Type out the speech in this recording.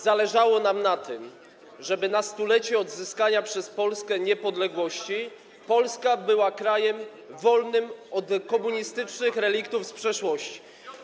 Zależało nam na tym, żeby na 100-lecie odzyskania przez Polskę niepodległości Polska była krajem wolnym od komunistycznych reliktów z przeszłości.